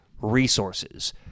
resources